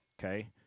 Okay